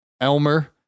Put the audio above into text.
Elmer